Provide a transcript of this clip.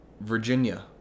Virginia